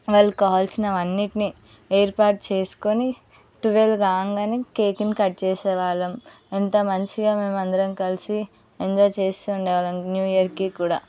వాళ్ళు కావాల్సినవన్నీట్ని ఏర్పాటు చేసుకొని ట్వల్వ్ కాగానే కేకును కట్ చేసేవాళ్ళం ఎంత మంచిగా మేమందరం కలిసి ఎంజాయ్ చేస్తూ ఉండే వాళ్ళం న్యూ ఇయర్కి కూడా